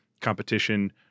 competition